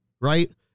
Right